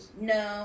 No